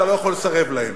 אתה לא יכול לסרב להן.